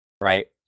right